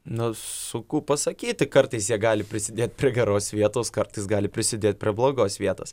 na sunku pasakyti kartais jie gali prisidėt prie geros vietos kartais gali prisidėt prie blogos vietos